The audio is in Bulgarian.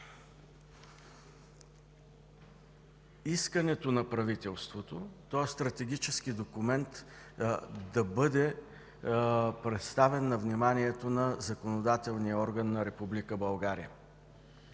искането на правителството този стратегически документ да бъде представен на вниманието на законодателния орган на Република